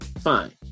fine